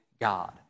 God